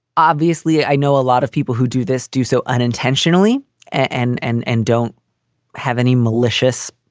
obviously, i know a lot of people who do this do so unintentionally and and and don't have any malicious.